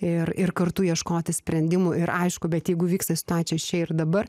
ir ir kartu ieškoti sprendimų ir aišku bet jeigu vyksta situačia čia ir dabar